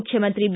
ಮುಖ್ಯಮಂತ್ರಿ ಬಿ